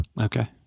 Okay